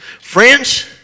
Friends